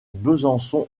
besançon